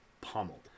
pummeled